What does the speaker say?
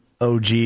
OG